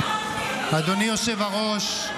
אדוני היושב-ראש,